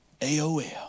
AOL